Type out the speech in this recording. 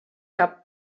cap